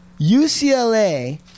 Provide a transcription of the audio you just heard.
UCLA